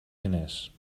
diners